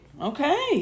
Okay